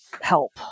help